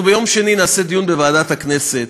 אנחנו ביום שני נעשה דיון בוועדת הכנסת,